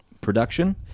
production